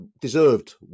deserved